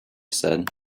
said